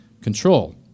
control